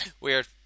Weird